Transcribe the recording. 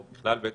או בכלל בעצם,